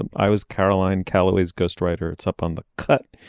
and i was caroline callaway ghost writer it's up on the cut.